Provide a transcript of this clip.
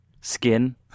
skin